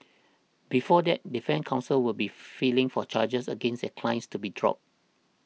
before that defence counsels will be filing for charges against their clients to be dropped